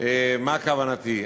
מה כוונתי.